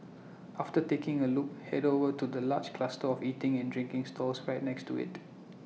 after taking A look Head over to the large cluster of eating and drinking stalls right next to IT